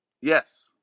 Yes